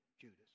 Judas